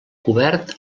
cobert